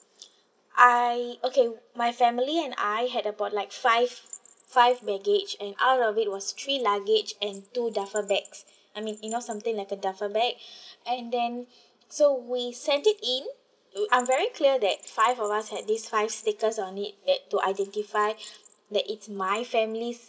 I okay my family and I had about like five five baggage and out of it was three luggage and two duffle bags I mean you know something like a duffel bag and then so we sent it in uh I'm very clear that five of us had these five stickers on it that to identify that it's my family's